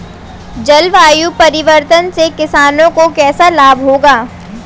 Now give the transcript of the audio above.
जलवायु परिवर्तन से किसानों को कैसे लाभ होगा?